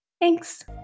Thanks